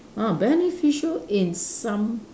ah beneficial in some